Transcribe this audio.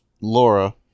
Laura